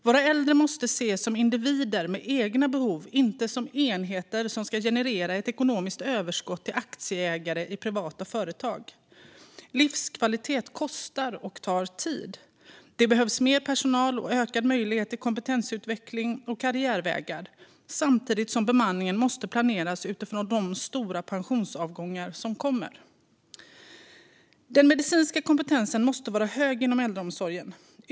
Våra äldre måste ses som individer med egna behov, inte som enheter som ska generera ett ekonomiskt överskott till aktieägare i privata företag. Livskvalitet kostar och tar tid. Det behövs mer personal och ökad möjlighet till kompetensutveckling och karriärvägar. Samtidigt måste bemanningen planeras utifrån de stora pensionsavgångar som kommer. Den medicinska kompetensen måste vara hög inom äldreomsorgen.